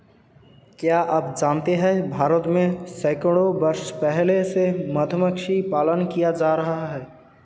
क्या आप जानते है भारत में सैकड़ों वर्ष पहले से मधुमक्खी पालन किया जाता रहा है?